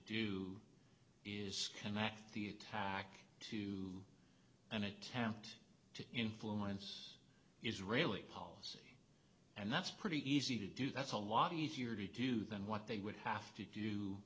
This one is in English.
do is connect the attack to an attempt to influence israeli policy and that's pretty easy to do that's a lot easier to do than what they would have to do